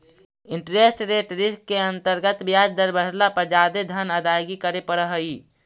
interest rate risk के अंतर्गत ब्याज दर बढ़ला पर जादे धन अदायगी करे पड़ऽ हई